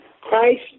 Christ